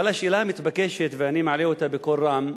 אבל השאלה המתבקשת, ואני מעלה אותה בקול רם: